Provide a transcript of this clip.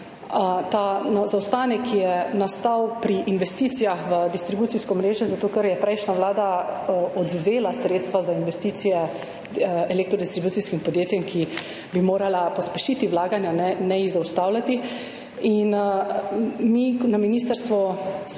ta zaostanek, ki je nastal pri investicijah v distribucijsko omrežje, zato ker je prejšnja vlada odvzela sredstva za investicije elektrodistribucijskim podjetjem, ker bi morala pospešiti vlaganja, ne jih zaustavljati, in na ministrstvu smo